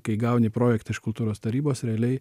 kai gauni projektą iš kultūros tarybos realiai